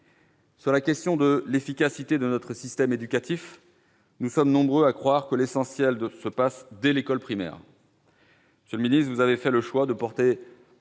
Sur la question de l'efficacité de notre système éducatif, nous sommes nombreux à croire que l'essentiel se passe dès l'école primaire. Vous avez fait le choix de porter